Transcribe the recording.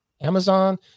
Amazon